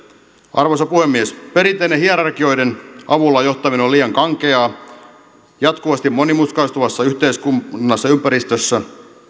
arvoisa puhemies perinteinen hierarkioiden avulla johtaminen on liian kankeaa jatkuvasti monimutkaistuvassa yhteiskunnallisessa ympäristössä